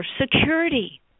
security